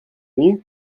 venus